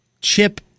chip